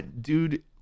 dude